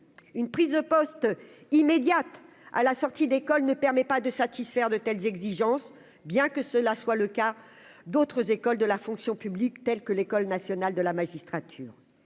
une prise de poste immédiate à la sortie d'école ne permet pas de satisfaire de telles exigences bien que cela soit le cas d'autres écoles de la fonction publique telle que l'École nationale de la magistrature,